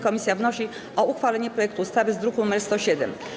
Komisja wnosi o uchwalenie projektu ustawy z druku nr 107.